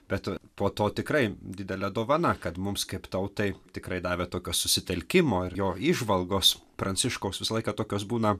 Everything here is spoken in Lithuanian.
bet po to tikrai didelė dovana kad mums kaip tautai tikrai davė tokio susitelkimo ir jo įžvalgos pranciškaus visą laiką tokios būna